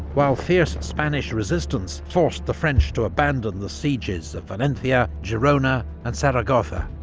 while fierce spanish resistance forced the french to abandon the sieges of valencia, girona and zaragoza.